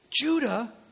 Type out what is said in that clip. Judah